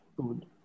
food